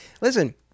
Listen